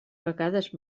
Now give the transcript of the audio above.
vegades